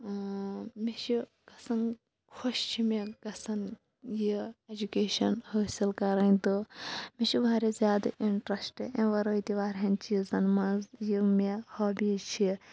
مےٚ چھِ گَژھان خۄش چھِ مےٚ گَژھان یہِ ایٚجُکیشَن حٲصل کَرٕنۍ تہٕ مےٚ چھ واریاہ زیادٕ اِنٹرسٹ امہِ وَرٲے تہِ وارہَن چیٖزَن مَنٛز یِم مےٚ ہابیٖز چھِ